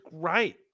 great